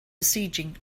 besieging